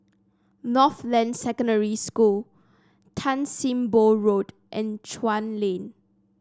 Northland Secondary School Tan Sim Boh Road and Chuan Lane